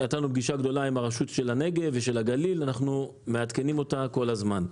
עם הרשות של הנגב והגליל ואנחנו מעדכנים אותם כל הזמן.